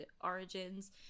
origins